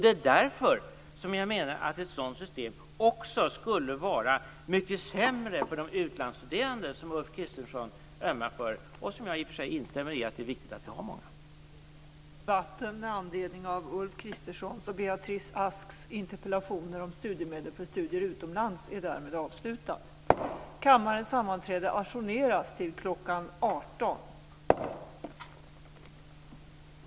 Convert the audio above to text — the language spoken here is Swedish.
Det är också därför som jag menar att ett sådant system skulle vara mycket sämre för de utlandsstuderande, som Ulf Kristersson ömmar för. I och för sig instämmer jag i att det är viktigt att vi har många sådana.